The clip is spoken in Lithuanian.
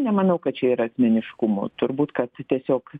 nemanau kad čia yra asmeniškumų turbūt kad tiesiog